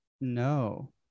no